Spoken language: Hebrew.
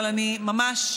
אבל ממש,